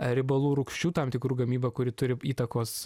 riebalų rūgščių tam tikrų gamyba kuri turi įtakos